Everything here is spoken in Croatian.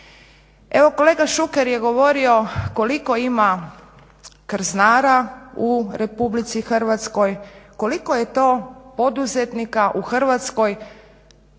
Evo kolega Šuker je govorio koliko ima krznara u Republici Hrvatskoj, koliko je to poduzetnika u Hrvatskoj